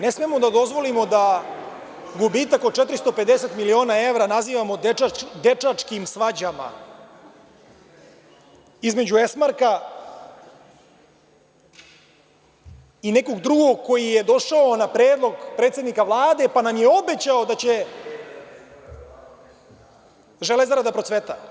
Ne smemo da dozvolimo da gubitak od 450 miliona evra nazivamo dečačkim svađama između Esmarka i nekog drugog koji je došao na predlog predsednika Vlade, pa nam je obećao da će „Železara“ da procveta.